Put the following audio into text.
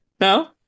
No